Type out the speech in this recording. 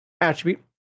attribute